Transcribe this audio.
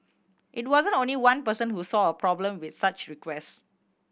it wasn't only one person who saw a problem with such request